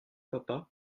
papa